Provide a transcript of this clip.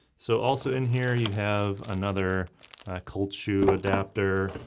so also in here you have another cold shoe adapter,